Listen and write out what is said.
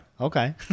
Okay